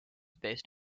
based